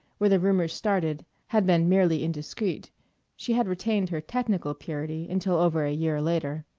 where the rumors started, had been merely indiscreet she had retained her technical purity until over a year later.